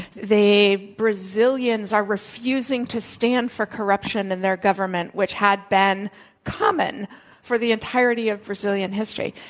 the brazilians are refusing to stand for corruption in their government, which had been common for the entirety of brazilian history.